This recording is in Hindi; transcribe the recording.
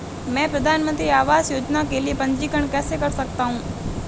मैं प्रधानमंत्री आवास योजना के लिए पंजीकरण कैसे कर सकता हूं?